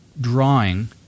drawing